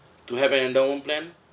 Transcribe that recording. to have an endowment plan